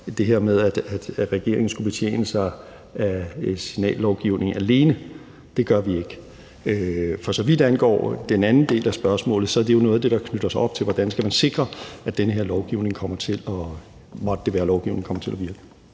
det her med, at regeringen skulle betjene sig af signallovgivning alene. Det gør vi ikke. For så vidt angår den anden del af spørgsmålet, er det jo noget af det, der knytter sig op til, hvordan man skal sikre, at den her lovgivning – hvis det måtte være en lovgivning – kommer til at virke.